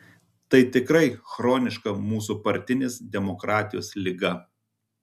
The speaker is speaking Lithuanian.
tai tikrai chroniška mūsų partinės demokratijos liga